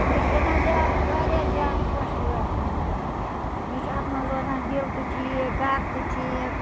مےٚ چھِ گژھان زیا واریاہ زیادٕ خۄش وٲر کَرٕنۍ مےٚ چھِ اَتھ منٛز روزان دِل تہِ ٹھیٖک گَرٕ تہِ ٹھیٖک